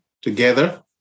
together